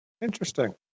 interesting